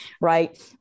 right